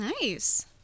Nice